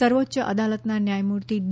સર્વોચ્ય અદાલતના ન્યાયમૂર્તિ ડી